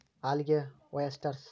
algae, oysters